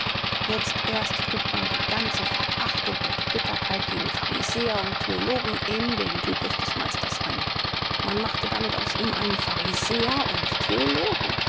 jetzt erst trug man die ganze verachtung und bitterkeit gegen pharisäer und theologen in den typus des meisters ein man machte damit aus ihm einen pharisäer und theologen